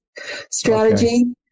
strategy